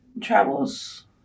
travels